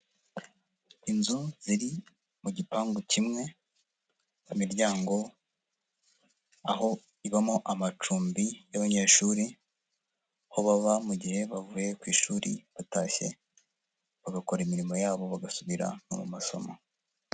Inzu ziri mu gipangu kimwe, mu miryango aho ibamo amacumbi y'abanyeshuri, aho baba mu gihe bavuye ku ishuri batashye bagakora imirimo yabo bagasubira mu masomo.